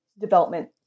development